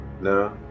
No